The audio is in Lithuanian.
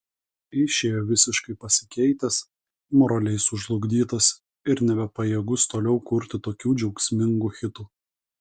išėjo visiškai pasikeitęs moraliai sužlugdytas ir nebepajėgus toliau kurti tokių džiaugsmingų hitų